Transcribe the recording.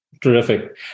Terrific